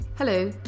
Hello